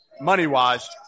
money-wise